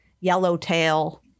yellowtail